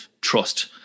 trust